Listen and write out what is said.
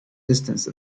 distance